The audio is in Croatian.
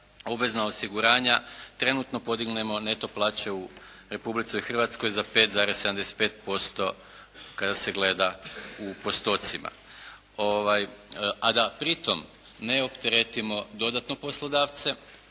obvezna osiguranja trenutno podignemo neto plaće u Republici Hrvatskoj za 5,75% kada se gleda u postocima a da pritom ne opteretimo dodatno poslodavce.